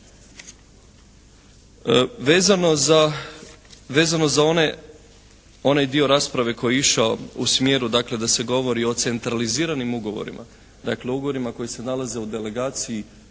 Vezano za onaj dio rasprave koji je išao u smjeru dakle da se govori o centraliziranim ugovorima, dakle ugovorima koji se nalaze u delegaciji